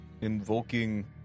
invoking